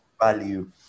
value